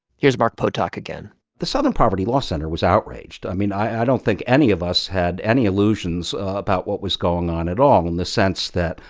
here's mark potok again the southern poverty law center was outraged. i mean, i don't think any of us had any illusions about what was going on at all in the sense that,